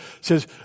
says